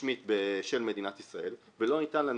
רשמית של מדינת ישראל ולא ניתנה לנו